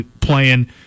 playing